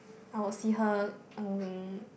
I would see her um